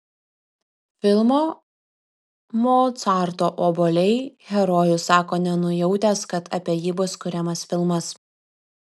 filmo mocarto obuoliai herojus sako nenujautęs kad apie jį bus kuriamas filmas